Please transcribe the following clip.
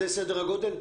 זה סדר הגודל?